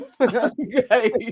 Okay